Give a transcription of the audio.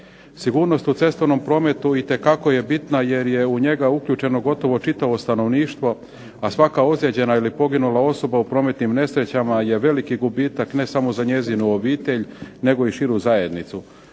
Sigurnost u cestovnom prometu itekako je bitna jer je u njega uključeno gotovo čitavo stanovništvo, a svaka ozlijeđena ili poginula osoba u prometnim nesrećama je veliki gubitak ne samo za njezinu obitelj nego i širu zajednicu.